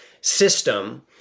system